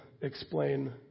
explain